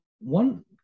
one